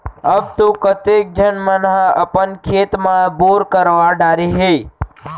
अब तो कतेक झन मन ह अपन खेत म बोर करवा डारे हें